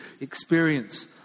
experience